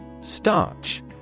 Starch